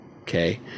Okay